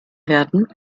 werden